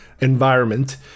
environment